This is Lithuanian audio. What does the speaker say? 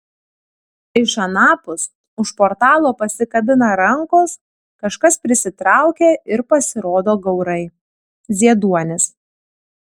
iš anapus už portalo pasikabina rankos kažkas prisitraukia ir pasirodo gaurai zieduonis